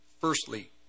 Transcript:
firstly